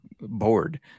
bored